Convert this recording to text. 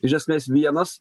iš esmės vienas